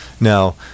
Now